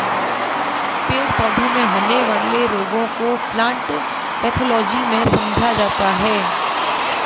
पेड़ पौधों में होने वाले रोगों को प्लांट पैथोलॉजी में समझा जाता है